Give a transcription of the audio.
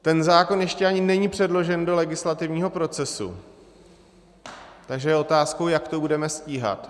Ten zákon ještě ani není předložen do legislativního procesu, takže je otázkou, jak to budeme stíhat.